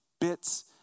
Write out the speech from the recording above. bits